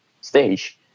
stage